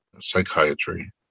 psychiatry